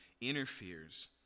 interferes